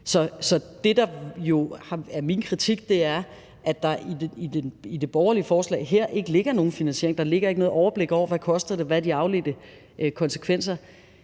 Så det, der jo er min kritik, er, at der i det borgerlige forslag, der ligger her, ikke ligger nogen finansiering; der ligger ikke nogen oversigt over, hvad det koster, og hvad de afledte konsekvenser